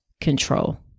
control